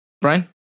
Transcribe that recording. Brian